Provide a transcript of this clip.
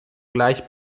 gleich